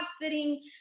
sitting